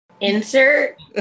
Insert